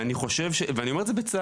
ואני אומר את זה בצער.